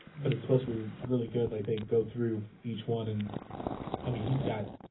but it's supposed to be really good like they go through each one and i mean he's got